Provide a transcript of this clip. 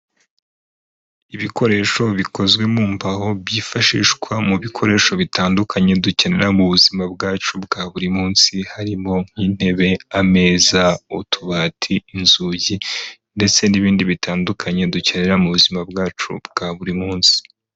Ibikoresho bikozwe mu mbaho byifashishwa mu bikoresho bitandukanye dukenera mu buzima bwacu bwa buri munsi, harimo nk'intebe, ameza, utubati, inzugi ndetse n'ibindi bitandukanye dukenera mu buzima bwacu bwa buri munsi.